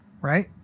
Right